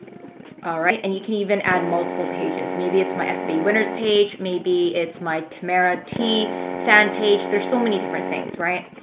alright, and you can even add multiple pages. maybe it's my fba winners page. maybe it's my tamara tee fan page. there's so many different things, right?